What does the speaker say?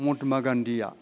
Mahatma गान्धीआ